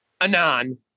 Anon